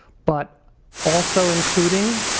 but also including,